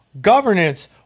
governance